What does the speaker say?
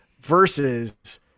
versus